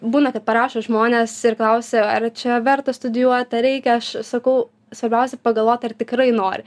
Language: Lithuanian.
būna kad parašo žmones ir klausia ar čia verta studijuoti ar reikia aš sakau svarbiausia pagalvot ar tikrai nori